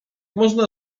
można